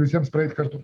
visiems praeiti kartu